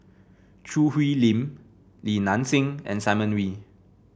Choo Hwee Lim Li Nanxing and Simon Wee